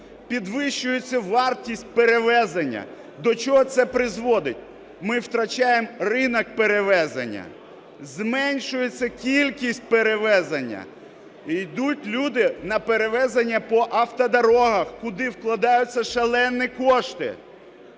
Підвищується вартість перевезень. До цього це призводить? Ми втрачаємо ринок перевезень. Зменшується кількість перевезень. Ідуть люди на перевезення по автодорогах, куди вкладаються шалені кошти.